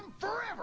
forever